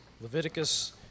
Leviticus